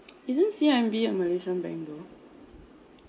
isn't C_I_M_B a malaysian bank though